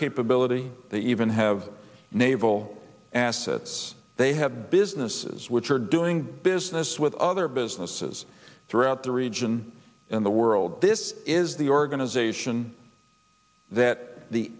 capability they even have naval assets they have businesses which are doing business with other businesses throughout the region in the world this is the organization that the